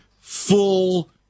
full